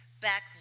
Back